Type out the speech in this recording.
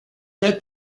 est